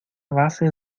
base